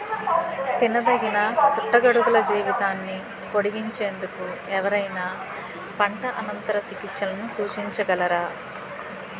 తినదగిన పుట్టగొడుగుల జీవితాన్ని పొడిగించేందుకు ఎవరైనా పంట అనంతర చికిత్సలను సూచించగలరా?